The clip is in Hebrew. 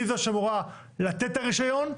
היא זו שאמורה לתת את הרישיון.